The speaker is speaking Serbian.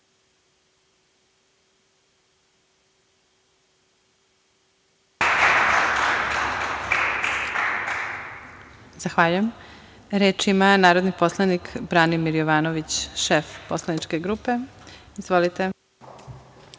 Zahvaljujem. Reč ima narodni poslanik Branimir Jovanović, šef poslaničke grupe. Izvolite.